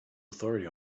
authority